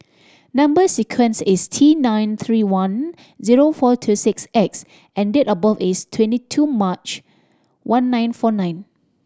number sequence is T nine three one zero four two six X and date of birth is twenty two March one nine four nine